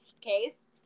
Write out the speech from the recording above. case